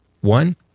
one